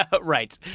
right